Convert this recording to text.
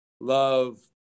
Love